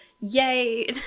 yay